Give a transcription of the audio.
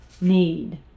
need